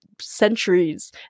centuries